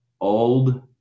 old